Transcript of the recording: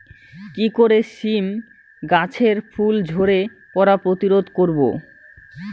কি করে সীম গাছের ফুল ঝরে পড়া প্রতিরোধ করব?